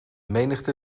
menigte